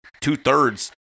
two-thirds